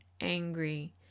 angry